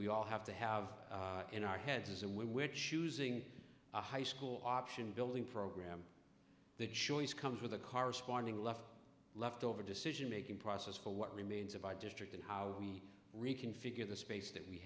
we all have to have in our heads is a win which using a high school option building program the choice comes with a corresponding left left over decision making process for what remains of our district and how we reconfigure the space that we